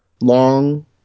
long